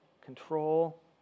control